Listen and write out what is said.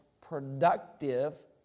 productive